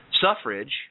Suffrage